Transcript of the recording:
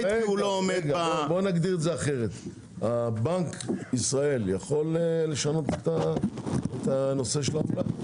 כי לא עומד- -- בנק ישראל יכול לשנות את נושא העמלה?